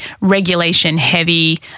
regulation-heavy